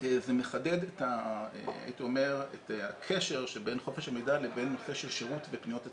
זה מחדד את הקשר שבין חופש המידע לבין נושא של שירות ופניות הציבור.